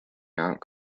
not